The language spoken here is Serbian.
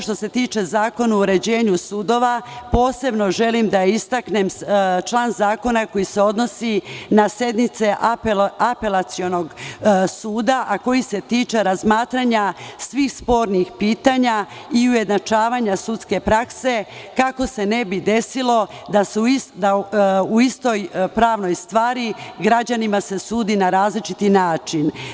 Što se tiče Zakona o uređenju sudova, posebno želim da istaknem član zakona koji se odnosi na sednice Apelacionog suda, a koji se tiče razmatranja svih spornih pitanja i ujednačavanja sudske prakse, kako se ne bi desilo da se u istoj pravnoj stvari građanima sudi na različiti način.